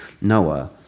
Noah